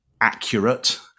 accurate